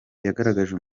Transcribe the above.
yagaragaje